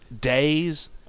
days